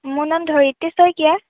মোৰ নাম ধৰিত্ৰী শইকীয়া